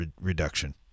reduction